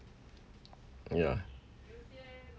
yeah